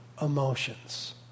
emotions